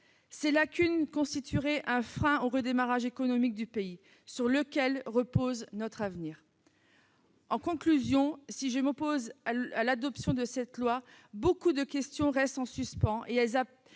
Ces lacunes constitueraient un frein au redémarrage économique du pays, sur lequel repose notre avenir. En conclusion, je tiens à dire que, si je ne m'oppose pas à l'adoption de cette loi, de nombreuses questions restent en suspens.